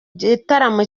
gitaramo